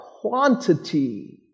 quantity